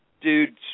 dude